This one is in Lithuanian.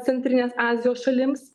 centrinės azijos šalims